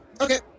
Okay